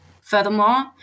Furthermore